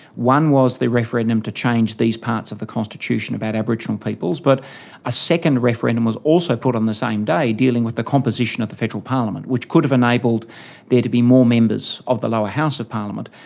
one was the referendum to change these parts of the constitution about aboriginal peoples, but a second referendum was also put on the same day dealing with the composition of the federal parliament, which could have enabled there to be more members of the lower house of parliament.